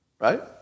right